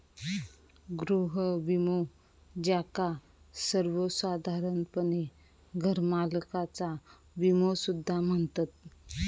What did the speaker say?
गृह विमो, ज्याका सर्वोसाधारणपणे घरमालकाचा विमो सुद्धा म्हणतत